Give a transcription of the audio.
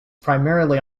primarily